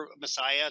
messiah